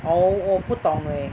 oh 我不懂 eh